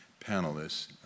panelists